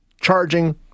charging